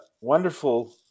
wonderful